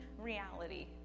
reality